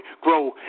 Grow